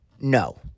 No